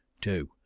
Two